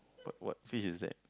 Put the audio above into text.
what what fish is that